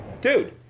dude